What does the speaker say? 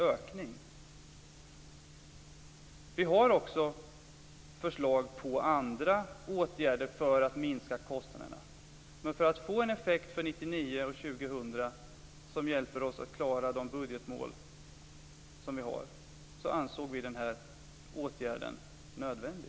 Vi har också förslag på andra åtgärder för att minska kostnaderna. Men för att få en effekt för 1999 och 2000 som hjälper oss att klara budgetmålen, ansåg vi denna åtgärd nödvändig.